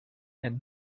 and